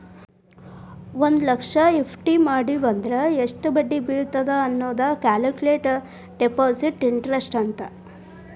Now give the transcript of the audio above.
ಒಂದ್ ಲಕ್ಷ ಎಫ್.ಡಿ ಮಡಿವಂದ್ರ ಎಷ್ಟ್ ಬಡ್ಡಿ ಬೇಳತ್ತ ಅನ್ನೋದ ಕ್ಯಾಲ್ಕುಲೆಟ್ ಡೆಪಾಸಿಟ್ ಇಂಟರೆಸ್ಟ್ ಅಂತ